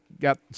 got